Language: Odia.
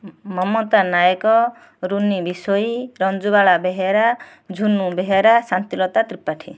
ମମତା ନାୟକ ରୋନି ବିଶୋଇ ରଞ୍ଜୁବାଳା ବେହେରା ଝୁନୁ ବେହେରା ଶାନ୍ତିଲତା ତ୍ରିପାଠୀ